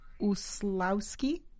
Uslowski